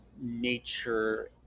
nature